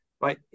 right